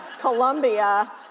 Columbia